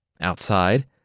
Outside